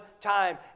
time